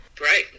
Right